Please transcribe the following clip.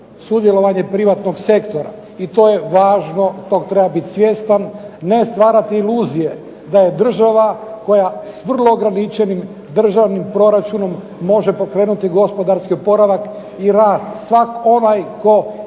sudjelovanje privatnog sektora. I to je važno, tog treba biti svjestan, ne stvarati iluzije da je država koja s vrlo ograničenim državnim proračunom može pokrenuti gospodarski oporavak i rast, svak onaj tko